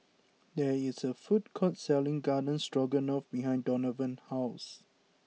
there is a food court selling Garden Stroganoff behind Donavan's house